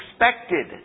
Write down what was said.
expected